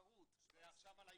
התקשרו עם סולקים, ופועלים היום